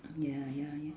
ya ya ya